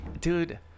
Dude